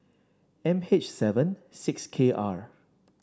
M H seven six K R